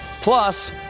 Plus